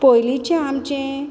पयलींचे आमचे